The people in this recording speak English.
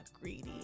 greedy